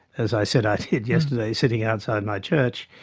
as i said i did yesterday sitting outside my church,